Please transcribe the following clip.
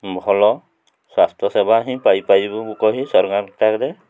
ଭଲ ସ୍ୱାସ୍ଥ୍ୟ ସେବା ହିଁ ପାଇପାରିବୁ କହି ସରକାରଙ୍କ ଆଗରେ